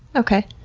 okay.